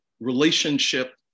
relationship